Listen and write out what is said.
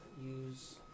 use